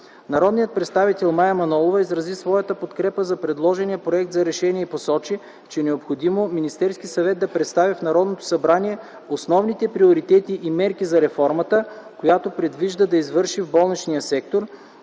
Народният представител Мая Манолова изрази своята подкрепа за предложения проект за решение и посочи, че е необходимо Министерският съвет да представи в Народното събрание основните приоритети и мерки на реформата, която предвижда да извърши в болничния сектор,